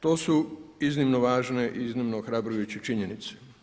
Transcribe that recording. To su iznimno važne i iznimno ohrabrujuće činjenice.